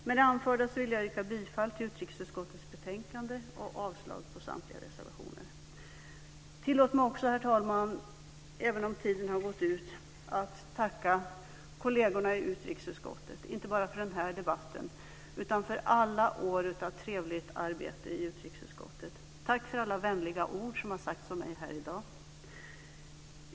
Med det anförda vill jag yrka bifall till förslagen i utrikesutskottetes betänkande och avslag på samtliga reservationer. Tillåt mig också, herr talman, även om talartiden har gått ut, att tacka kollegerna i utrikesutskottet inte bara för den här debatten utan för alla år av trevligt arbete i utrikesutskottet. Tack för alla vänliga ord som har sagts om mig här i dag!